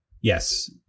yes